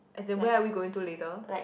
as in where are we going to later